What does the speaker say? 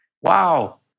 wow